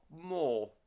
more